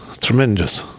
tremendous